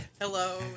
Hello